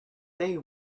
they